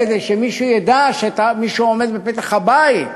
כדי שמישהו ידע שמישהו עומד בפתח הבית.